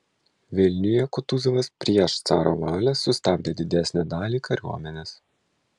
vilniuje kutuzovas prieš caro valią sustabdė didesnę dalį kariuomenės